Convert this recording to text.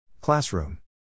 Classroom